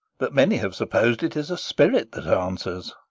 that many have suppos'd it is a spirit that answers.